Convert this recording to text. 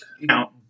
Now